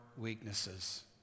weaknesses